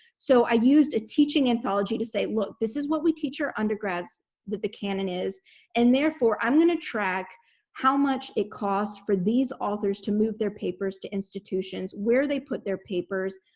so i used a teaching anthology to say look this is what we teach our undergrads that the canon is and therefore i'm going to track how much it costs for these authors to move their papers to institutions, where they put their papers,